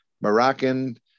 Moroccan